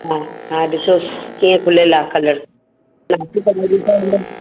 हा हा ॾिसोसि कीअं खुलियलु आहे कलर